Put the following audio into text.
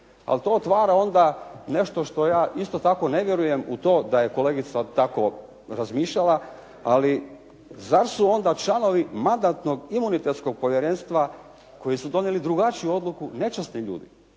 Ali to otvara onda nešto što ja isto tako ne vjerujem u to da je kolegica tako razmišljala, ali zar su onda članovi Mandatno-imunitetnog povjerenstva koji su donijeli drugačiju odluku nečasni ljudi?